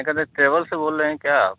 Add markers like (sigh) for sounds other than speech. (unintelligible) (unintelligible) से बोल रहे हें क्या आप